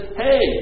hey